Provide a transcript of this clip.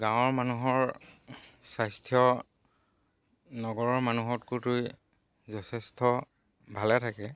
গাঁৱৰ মানুহৰ স্বাস্থ্য নগৰৰ মানুহতকৈ যথেষ্ট ভালে থাকে